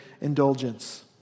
indulgence